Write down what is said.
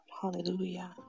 Hallelujah